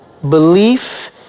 Belief